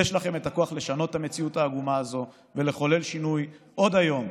יש לכם הכוח לשנות את המציאות העגומה הזאת ולחולל שינוי עוד היום,